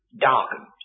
darkened